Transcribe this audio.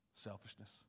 Selfishness